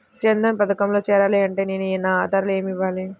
జన్ధన్ పథకంలో చేరాలి అంటే నేను నా ఆధారాలు ఏమి ఇవ్వాలి?